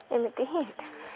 ଏମିତି ହିଁ ହୋଇଥାଏ